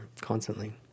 constantly